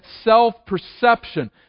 self-perception